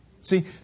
See